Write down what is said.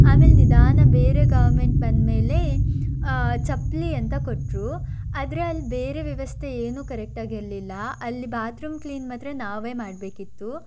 ಆಮೇಲೆ ನಿಧಾನ ಬೇರೆ ಗವರ್ನ್ಮೆಂಟ್ ಬಂದ ಮೇಲೆ ಚಪ್ಪಲಿ ಅಂತ ಕೊಟ್ಟರು ಆದರೆ ಅಲ್ಲಿ ಬೇರೆ ವ್ಯವಸ್ಥೆ ಏನೂ ಕರೆಕ್ಟಾಗಿರಲಿಲ್ಲ ಅಲ್ಲಿ ಬಾತ್ರೂಮ್ ಕ್ಲೀನ್ ಮಾತ್ರ ನಾವೇ ಮಾಡಬೇಕಿತ್ತು